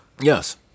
Yes